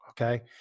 Okay